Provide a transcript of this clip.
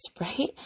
right